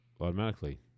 automatically